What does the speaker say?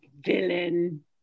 villain